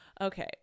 Okay